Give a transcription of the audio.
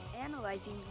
analyzing